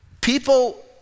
people